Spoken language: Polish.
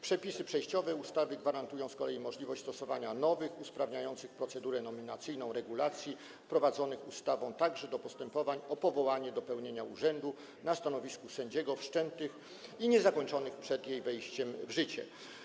Przepisy przejściowe ustawy gwarantują z kolei możliwość stosowania nowych, usprawniających procedurę nominacyjną regulacji wprowadzonych ustawą także do postępowań o powołanie do pełnienia urzędu na stanowisku sędziego, wszczętych i niezakończonych przed jej wejściem w życie.